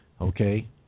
Okay